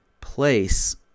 place